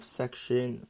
section